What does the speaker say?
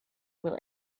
will